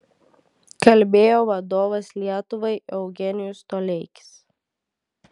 kalbėjo vadovas lietuvai eugenijus toleikis